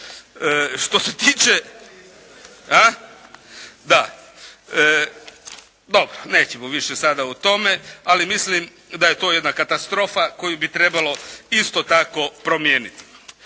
se ne čuje./… Da. Dobro, nećemo više sada o tome, ali mislim da je to jedna katastrofa koju bi trebalo isto tako promijeniti.